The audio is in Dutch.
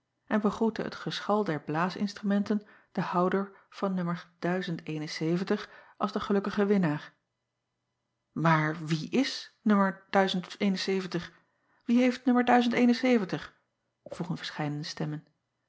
en begroette het geschal der blaas instrumenten den houder van als den gelukkigen winnaar o o aar wie is wie heeft vroegen verscheidene stemmen